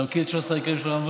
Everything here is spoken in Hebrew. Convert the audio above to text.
אתה מכיר את 13 העיקרים של רמב"ם?